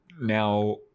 now